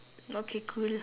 okay cool